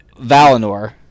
valinor